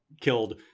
killed